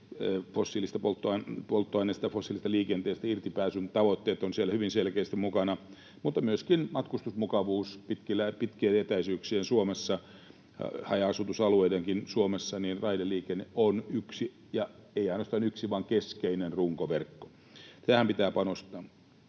fossiilisesta polttoaineesta ja fossiilisesta liikenteestä irtipääsyn tavoitteet ovat siellä hyvin selkeästi mukana — mutta myöskin matkustusmukavuus pitkien etäisyyksien Suomessa. Haja-asutusalueidenkin Suomessa raideliikenne on yksi — ja ei ainoastaan yksi vaan keskeinen — runkoverkko. Tähän pitää panostaa.